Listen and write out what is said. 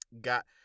Got